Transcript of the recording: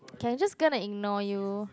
can I just gonna ignore you